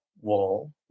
wall